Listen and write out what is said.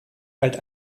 galt